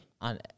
on